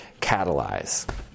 catalyze